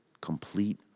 complete